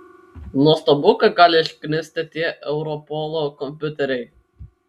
nuostabu ką gali išknisti tie europolo kompiuteriai